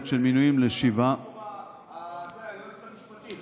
של מינויים ------ היועצת המשפטית,